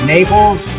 Naples